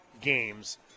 games